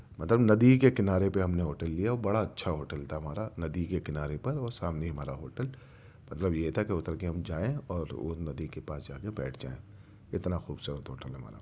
مطلب ندی کے کنارے پہ ہم نے ہوٹل لیا بڑا اچھا ہوٹل تھا ہمارا ندی کے کنارے پر اور سامنے ہمارا ہوٹل مطلب یہ تھا کی اُتر کے ہم جائیں اور وہ ندی کے پاس جا کر بیٹھ جائیں اتنا خوبصورت ہوٹل ہمارا